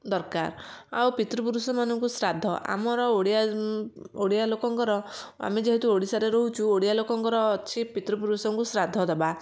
ଦରକାର ଆଉ ପିତୃପୁରୁଷ ମାନଙ୍କୁ ଶ୍ରାଦ୍ଧ ଆମର ଓଡ଼ିଆ ଓଡ଼ିଆ ଲୋକଙ୍କର ଆମେ ଯେହେତୁ ଓଡ଼ିଶାରେ ରହୁଛୁ ଓଡ଼ିଆ ଲୋକଙ୍କର ଅଛି ପିତୃପୁରୁଷଙ୍କୁ ଶ୍ରାଦ୍ଧ ଦବା